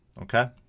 okay